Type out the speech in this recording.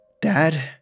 Dad